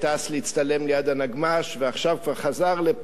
להצטלם ליד הנגמ"ש ועכשיו כבר חזר לפה,